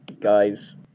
guys